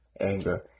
anger